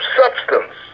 substance